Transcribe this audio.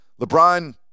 LeBron